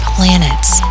Planets